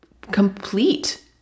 complete